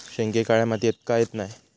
शेंगे काळ्या मातीयेत का येत नाय?